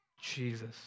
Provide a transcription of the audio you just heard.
Jesus